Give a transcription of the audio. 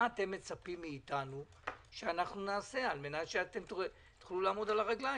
מה אתם מצפים מאיתנו שאנחנו נעשה על מנת שאתם תוכלו לעמוד על הרגליים?